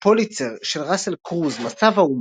פרס פוליצר של ראסל קרוז "מצב האומה",